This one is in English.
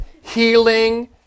healing